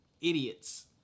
idiots